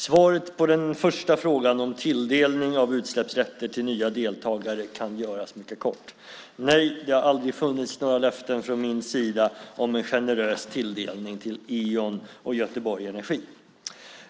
Svaret på den första frågan om tilldelning av utsläppsrätter till nya deltagare kan göras mycket kort: Nej, det har aldrig funnits några löften från min sida om en generös tilldelning till Eon och Göteborg Energi.